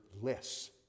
less